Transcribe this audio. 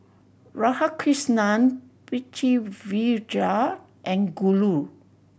Radhakrishnan Pritiviraj and Guru